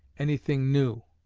anything new,